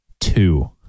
two